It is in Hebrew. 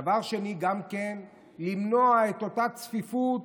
דבר שני, גם כדי למנוע את אותה צפיפות